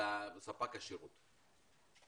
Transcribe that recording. לספק השירות?